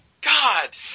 God